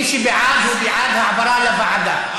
מי שבעד הוא בעד העברה לוועדה.